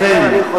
אני מציע לכם,